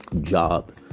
job